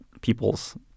people's